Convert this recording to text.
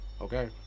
okay